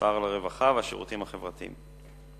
שר הרווחה והשירותים החברתיים.